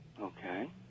Okay